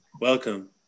Welcome